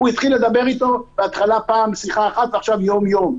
בהתחלה בשיחה אחת ועכשיו יום-יום.